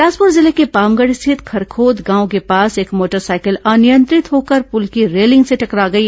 बिलासपुर जिले के पामगढ़ स्थित खरखोद गांव के पास एक मोटरसाइकिल अनियंत्रित होकर पुल की रेलिंग से टकरा गई